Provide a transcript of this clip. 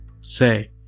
say